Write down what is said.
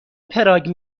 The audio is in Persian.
پراگ